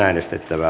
kannatan